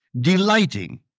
delighting